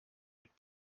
mit